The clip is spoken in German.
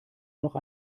noch